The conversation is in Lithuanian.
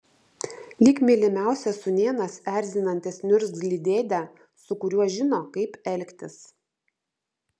lyg mylimiausias sūnėnas erzinantis niurzglį dėdę su kuriuo žino kaip elgtis